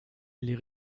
les